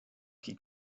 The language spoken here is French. qui